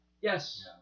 Yes